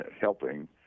helping